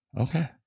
Okay